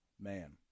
man